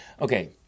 Okay